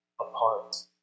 apart